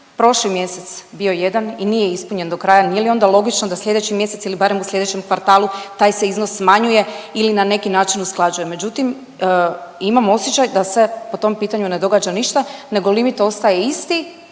prošli mjesec bio jedan i nije ispunjen do kraja, nije li onda logično da slijedeći mjesec ili barem u slijedećem kvartalu taj se iznos smanjuje ili na neki način usklađuje? Međutim imam osjećaj da se po tom pitanju ne događa ništa nego limit ostaje isti,